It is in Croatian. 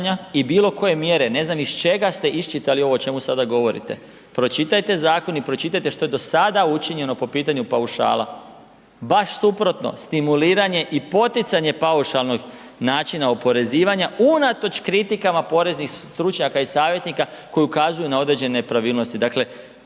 i bilo koje mjere ne znam iz čega ste iščitali ovo o čemu sada govorite. Pročitajte zakon i pročitajte što je do sada učinjeno po pitanju paušala. Baš suprotno, stimuliranje i poticanje paušalnog načina oporezivanja unatoč kritikama poreznih stručnjaka i savjetnika koji ukazuju na određene nepravilnosti.